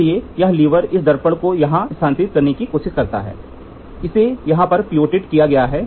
इसलिए यह लीवर इस दर्पण को यहां स्थानांतरित करने की कोशिश करता है इसे यहां पर पायवोटेड किया गया है